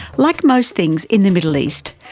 like most things in the middle east,